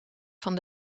van